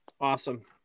Awesome